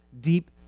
deep